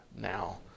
now